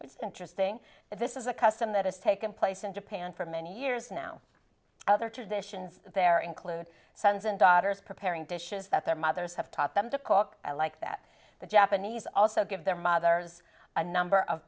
it's interesting that this is a custom that has taken place in japan for many years now other traditions there include sons and daughters preparing dishes that their mothers have taught them to caulk like that the japanese also give their mothers a number